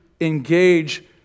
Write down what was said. engage